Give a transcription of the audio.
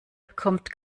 bekommt